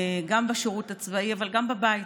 גם בשירות הצבאי אבל גם בבית,